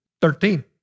Thirteen